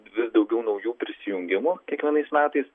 vis daugiau naujų prisijungimų kiekvienais metais